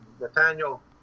Nathaniel